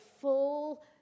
full